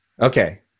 Okay